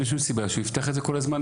אין שום סיבה שהוא יפתח את זה כל הזמן.